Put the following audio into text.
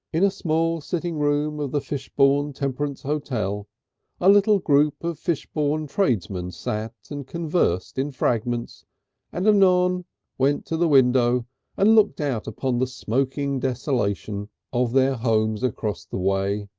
in a small sitting-room of the fishbourne temperance hotel a little group of fishbourne tradesmen sat and conversed in fragments and um anon went to the window and looked out upon the smoking desolation of their homes across the way,